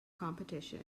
competition